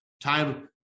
time